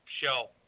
show